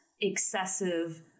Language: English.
excessive